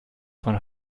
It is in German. von